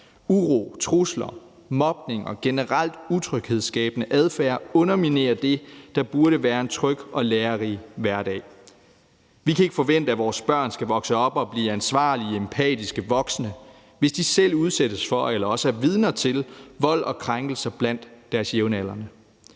Uro, trusler, mobning og generelt utryghedsskabende adfærd underminerer det, der burde være en tryg og lærerig hverdag. Vi kan ikke forvente, at vores børn skal vokse op og blive ansvarlige empatiske vokse, hvis de selv udsættes for eller også er vidner til vold og krænkelser blandt deres jævnaldrende.